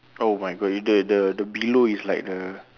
oh my god the the the below is like the